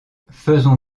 faisons